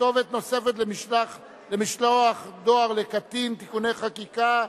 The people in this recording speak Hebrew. נוספת למשלוח דואר לקטין (תיקוני חקיקה),